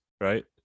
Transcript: right